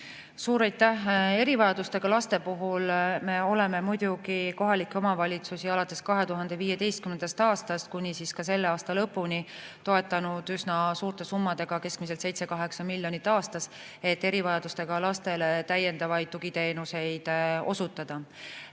Suur aitäh! Erivajadustega laste puhul me oleme kohalikke omavalitsusi alates 2015. aastast kuni selle aasta lõpuni toetanud üsna suurte summadega, keskmiselt 7–8 miljonit aastas, et erivajadustega lastele täiendavaid tugiteenuseid osutada.